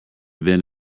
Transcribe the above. bend